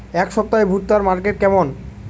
এই সপ্তাহে ভুট্টার মার্কেট কেমন?